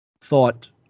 thought